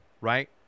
right